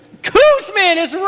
koosman is